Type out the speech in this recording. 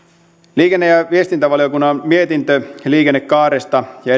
liikenne ja viestintävaliokunnan mietintö liikennekaaresta ja